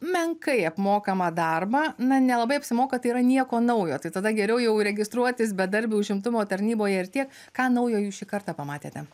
menkai apmokamą darbą na nelabai apsimoka tai yra nieko naujo tai tada geriau jau registruotis bedarbių užimtumo tarnyboje ir tiek ką naujo jūs šį kartą pamatėte